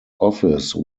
office